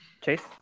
Chase